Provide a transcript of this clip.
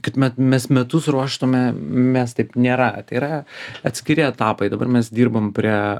kad me mes metus ruoštume mes taip nėra tai yra atskiri etapai dabar mes dirbam prie